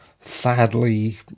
sadly